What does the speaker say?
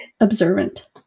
Observant